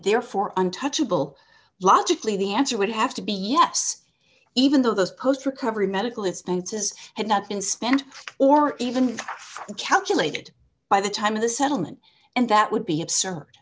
therefore untouchable logically the answer would have to be yes even though those post recovery medical expenses had not been spent or even calculated by the time of the settlement and that would be absurd